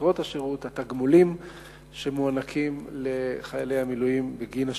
מטרות השירות והתגמולים שמוענקים לחיילי המילואים בגין השירות.